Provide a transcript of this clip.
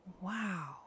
Wow